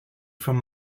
from